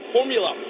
Formula